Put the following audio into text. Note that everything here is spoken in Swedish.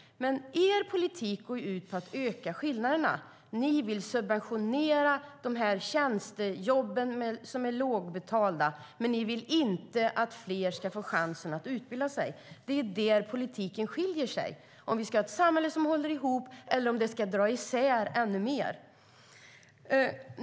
Men er politik går ut på att öka skillnaderna. Ni vill subventionera tjänstejobb som är lågbetalda, men ni vill inte att fler ska få chansen att utbilda sig. Det är där politiken skiljer sig, om vi ska ha ett samhälle som håller ihop eller om det ska dra isär ännu mer.